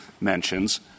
mentions